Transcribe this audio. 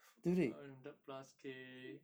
five hundred plus k